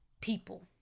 people